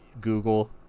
Google